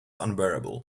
unbearable